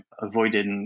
avoided